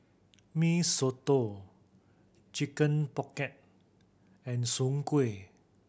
Mee Soto Chicken Pocket and soon kway